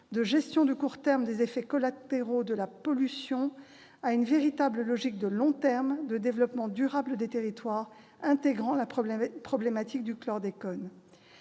de gestion de court terme des effets collatéraux de la pollution à une véritable logique de long terme de développement durable des territoires, intégrant la problématique du chlordécone.